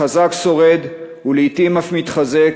החזק שורד ולעתים אף מתחזק,